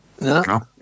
No